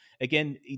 again